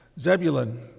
Zebulun